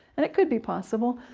and it could be possible.